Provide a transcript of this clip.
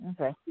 Okay